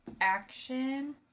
action